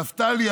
נפתלי,